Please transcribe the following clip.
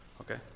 Okay